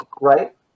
right